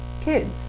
kids